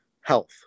health